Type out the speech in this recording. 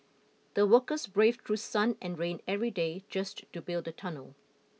the workers braved through sun and rain every day just to build the tunnel